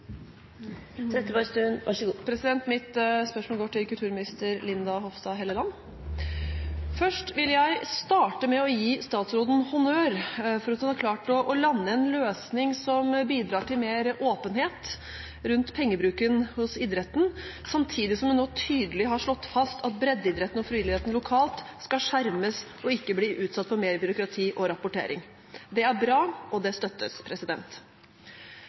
kulturminister Linda Hofstad Helleland. Først vil jeg starte med å gi statsråden honnør for at hun har klart å lande en løsning som bidrar til mer åpenhet rundt pengebruken hos idretten, samtidig som hun nå tydelig har slått fast at breddeidretten og frivilligheten lokalt skal skjermes og ikke bli utsatt for mer byråkrati og rapportering. Det er bra, og det støttes.